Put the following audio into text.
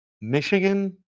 Michigan